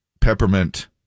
peppermint